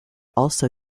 also